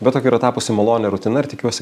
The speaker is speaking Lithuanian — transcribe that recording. bet tokia yra tapusi malonia rutina ir tikiuosi